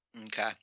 Okay